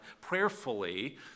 prayerfully